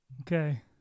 okay